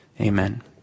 Amen